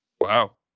Wow